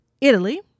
Italy